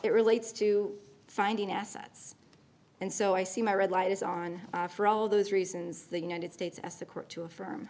relates to finding assets and so i see my red light is on for all those reasons the united states asked the court to affirm